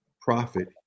profit